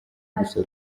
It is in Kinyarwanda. gusa